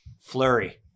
flurry